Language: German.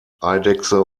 eidechse